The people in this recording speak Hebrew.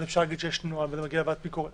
נכון שאפשר להגיד שיש נוהל וזה מגיע לוועדת הביקורת,